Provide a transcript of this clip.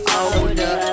older